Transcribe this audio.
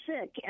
sick